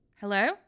Hello